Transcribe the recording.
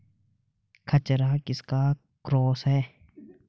खच्चर किसका क्रास है?